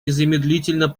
незамедлительно